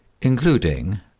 including